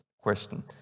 question